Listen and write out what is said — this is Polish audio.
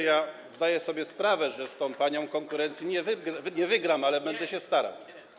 Ja zdaję sobie sprawę, że z tą panią konkurencji nie wygram, ale będę się starał.